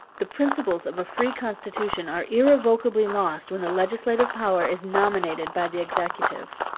the principles of a free constitution are irrecoverably lost, when the legislative power is nominated by the executive.